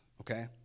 okay